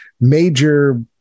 major